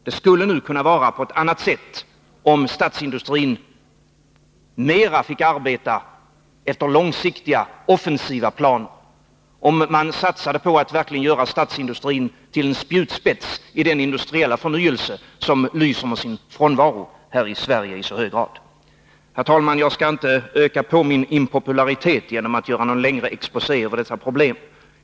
Det skulle nu kunna vara på ett annat sätt, om statsindustrin mera fick arbeta efter långsiktiga, offensiva planer och om man satsade på att verkligen göra statsindustrin till spjutspets i den industriella förnyelse som lyser med sin frånvaro här i Sverige i så hög grad. Herr talman! Jag skall inte öka på min impopularitet genom att göra en längre exposé över dessa problem.